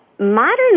Modern